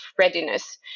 readiness